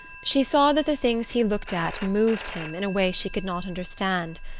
she saw that the things he looked at moved him in a way she could not understand,